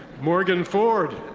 morgan ford.